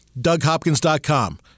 DougHopkins.com